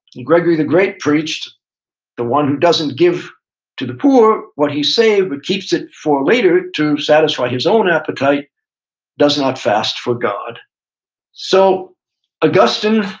gregory the great preached the one who doesn't give to the poor what he's saved but keeps it for later to satisfy his own appetite does not fast for god so augustine,